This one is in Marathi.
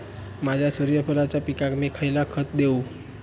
माझ्या सूर्यफुलाच्या पिकाक मी खयला खत देवू?